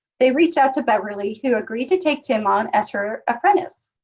they reached out to beverly, who agreed to take tim on as her apprentice.